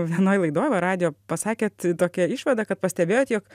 vienoj laidoj va radijo pasakėt tokią išvadą kad pastebėjot jog